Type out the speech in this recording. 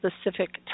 specific